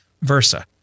versa